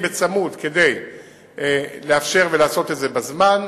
צמוד כדי לאפשר ולעשות את זה בזמן.